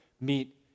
meet